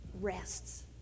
rests